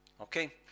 okay